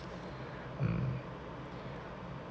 mm